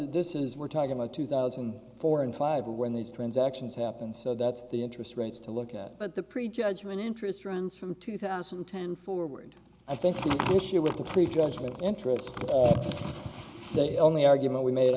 this is we're talking about two thousand and four and five when these transactions happened so that's the interest rates to look at but the pre judgment interest runs from two thousand and ten forward i think this year with the pre judgment interest they only argument we made